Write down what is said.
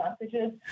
messages